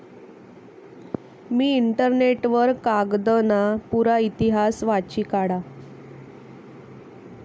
मी internet वर कागदना पुरा इतिहास वाची काढा